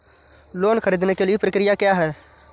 Loan ख़रीदने के लिए प्रक्रिया क्या है?